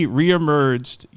re-emerged